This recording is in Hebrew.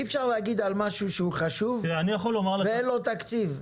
אי אפשר להגיד על משהו שהוא חשוב ואין לו תקציב.